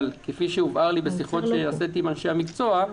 כפי שהובהר לי בשיחות שערכתי עם אנשי המקצוע,